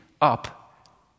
up